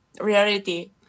reality